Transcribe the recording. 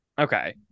Okay